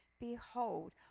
Behold